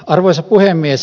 arvoisa puhemies